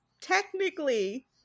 technically